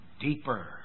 deeper